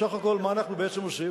בסך הכול מה אנחנו בעצם עושים?